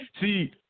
See